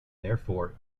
therefore